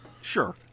Sure